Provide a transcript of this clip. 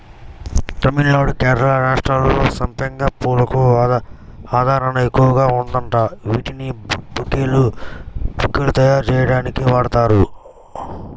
తమిళనాడు, కేరళ రాష్ట్రాల్లో సంపెంగ పూలకు ఆదరణ ఎక్కువగా ఉందంట, వీటిని బొకేలు తయ్యారుజెయ్యడానికి వాడతారు